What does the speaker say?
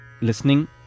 listening